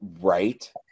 Right